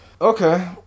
Okay